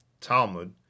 Talmud